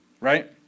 right